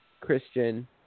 Christian